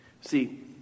See